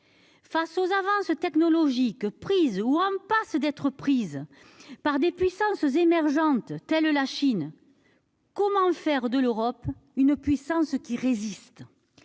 Face aux avances technologiques prises ou en passe de l'être par des puissances émergentes telles que la Chine, comment faire de l'Union européenne une puissance qui résiste ?